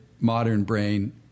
modern-brain